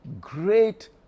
great